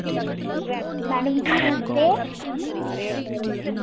madam ji नमस्ते